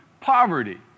poverty